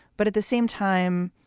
but at the same time,